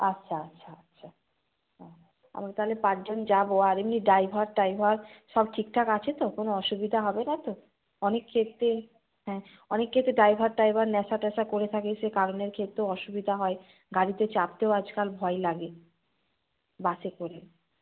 আচ্ছা আচ্ছা আচ্ছা আমরা তাহলে পাঁচজন যাব আর এমনি ড্রাইভার টাইভার সব ঠিকঠাক আছে তো কোনো অসুবিধা হবে না তো অনেক ক্ষেত্রেই হ্যাঁ অনেক ক্ষেত্রে ড্রাইভার টাইভার নেশা টেশা করে থাকে সে কারণের ক্ষেত্রেও অসুবিধা হয় গাড়িতে চাপতেও আজকাল ভয় লাগে বাসে করে